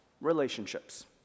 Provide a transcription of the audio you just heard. relationships